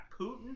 Putin